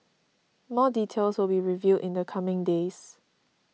more details will be revealed in the coming days